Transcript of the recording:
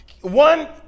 one